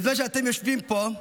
בזמן שאתם יושבים פה,